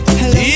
hello